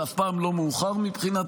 זה אף פעם לא מאוחר, מבחינתי.